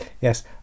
Yes